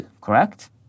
Correct